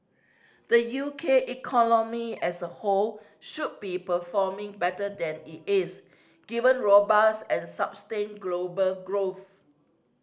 the U K economy as a whole should be performing better than it is given robust and global growth